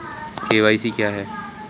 KYC क्या है?